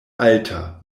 alta